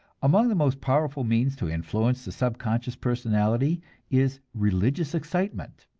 among the most powerful means to influence the subconscious personality is religious excitement.